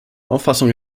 auffassung